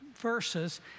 verses